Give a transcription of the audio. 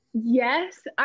Yes